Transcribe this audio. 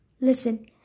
listen